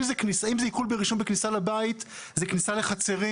אם זה עיקול ברישום בכניסה לבית, זה כניסה לחצרים